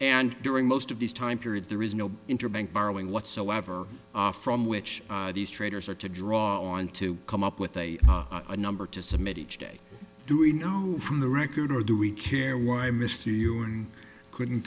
and during most of these time period there is no interbank borrowing whatsoever from which these traders are to draw on to come up with a number to submit each day do we know from the record or do we care why mr ewing couldn't